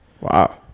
Wow